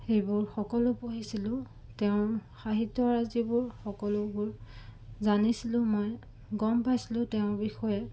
সেইবোৰ সকলো পঢ়িছিলোঁ তেওঁৰ সাহিত্যৰাজিবোৰ সকলোবোৰ জানিছিলোঁ মই গম পাইছিলোঁ তেওঁৰ বিষয়ে